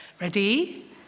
ready